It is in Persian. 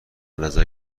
نظر